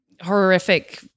horrific